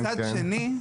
מצד שני,